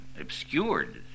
obscured